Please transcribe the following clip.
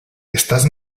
estás